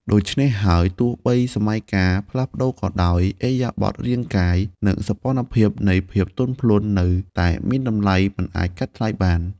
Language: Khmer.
ដូច្នេះហើយ ទោះបីសម័យកាលផ្លាស់ប្តូរក៏ដោយ ឥរិយាបថរាងកាយ និងសោភ័ណភាពនៃភាពទន់ភ្លន់នៅតែមានតម្លៃមិនអាចកាត់ថ្លៃបាន។